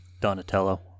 Donatello